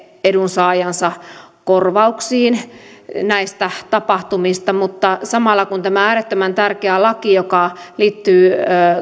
edunsaajansa korvauksiin näistä tapahtumista mutta samalla kun tuli tämä äärettömän tärkeä laki joka liittyy